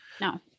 no